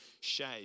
shame